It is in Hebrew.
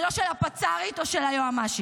ולא של הפצ"רית או של היועמ"שית.